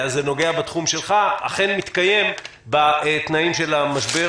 זה נוגע בתחום שלך אכן מתקיים בתנאים של המשבר